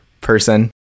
person